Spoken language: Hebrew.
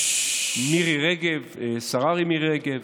השרה מירי רגב,